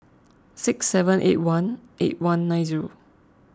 six seven eight one eight one nine zero